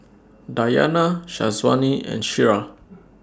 Dayana Syazwani and Syirah